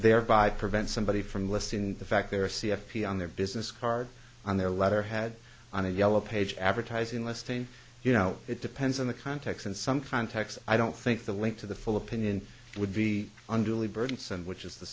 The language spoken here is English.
thereby prevent somebody from lists in fact there are c f p on their business card on their letter had on a yellow page advertising listing you know it depends on the context and some context i don't think the link to the full opinion would be unduly burdensome which is the